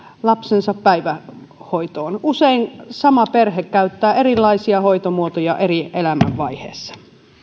lapsensa päivähoitoon usein sama perhe käyttää erilaisia hoitomuotoja eri elämänvaiheessa